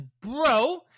bro